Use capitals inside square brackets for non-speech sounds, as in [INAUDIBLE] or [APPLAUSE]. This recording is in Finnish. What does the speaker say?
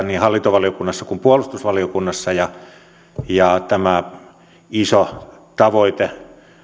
[UNINTELLIGIBLE] niin hallintovaliokunnassa kuin puolustusvaliokunnassa ja ja tämä iso tavoite